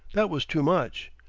that was too much.